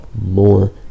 more